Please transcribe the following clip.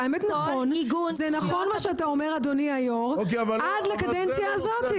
זה נכון מה שאתה אומר אדוני היו"ר עד לקדנציה הזאת.